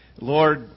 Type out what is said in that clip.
Lord